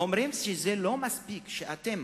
אומרים שלא מספיק שאתם